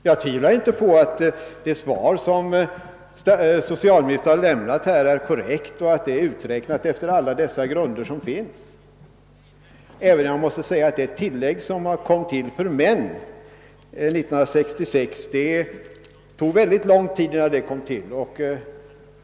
Jag tvivlar inte på att det svar som social ministern har lämnat är korrekt och att uträkningarna gjorts enligt alla de grunder som finns. Jag måste dock säga att det tog mycket lång tid innan man år 1966 gjorde ett särskilt tillägg beträffande vissa män.